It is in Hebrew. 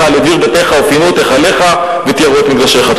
לדביר ביתך ופינו את היכלך וטיהרו את מקדשך".